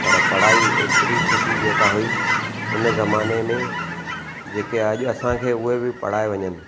पर पढ़ाई एतिरी सुठी जेका हुई हुन ज़माने में जेके अॼु असांखे उहे बि पढ़ाए वञनि